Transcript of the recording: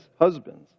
husbands